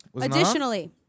Additionally